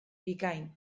bikain